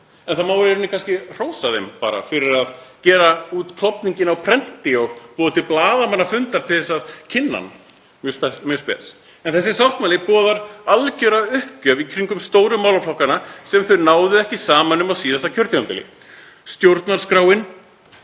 En í rauninni má kannski hrósa þeim fyrir að gera út um klofninginn á prenti og boða til blaðamannafundar til að kynna hann. Mjög spes. En þessi sáttmáli boðar algjöra uppgjöf í kringum stóru málaflokkana sem þau náðu ekki saman um á síðasta kjörtímabili. Stjórnarskráin,